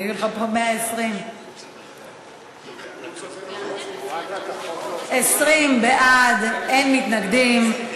יהיו לך פה 120. 20 בעד, אין מתנגדים.